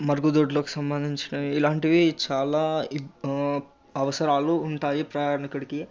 మరుగుదొడ్లకి సంబంధించినవి ఇలాంటివి చాలా అవసరాలు ఉంటాయి ప్రయాణికుడికి